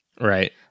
Right